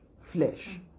flesh